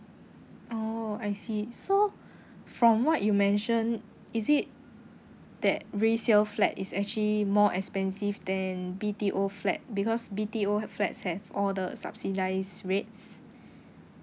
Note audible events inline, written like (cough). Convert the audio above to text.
oh I see so (breath) from what you mentioned is it that resale flat is actually more expensive than B_T_O flat because B_T_O ha~ flats have all the subsidised rates (breath)